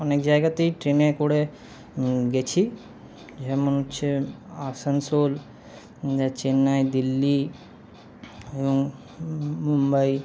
অনেক জায়গাতেই ট্রেনে করে গেছি যেমন হচ্ছে আসানসোল চেন্নাই দিল্লি এবং মুম্বাই